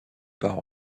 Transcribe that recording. pas